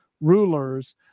rulers—